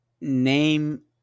name